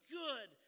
good